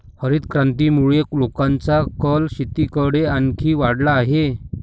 हरितक्रांतीमुळे लोकांचा कल शेतीकडे आणखी वाढला आहे